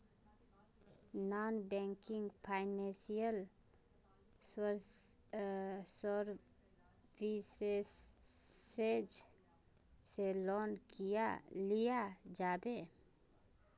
Non banking financial services से loan लिया जाबे?